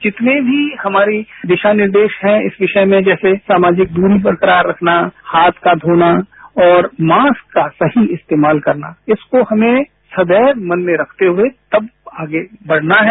जितने भी हमारे दिशा निर्देश हैं इस विषय में जैसे सामाजिक दूरी बरकरार रखना हाथ का धोना और मास्क का सही इस्तेमाल करना इसको हमें सदैव मन में रखते हुए तब आगे बढ़ना है